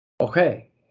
Okay